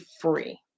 free